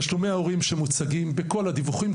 תשלומי ההורים שמוצגים בכל הדיווחים,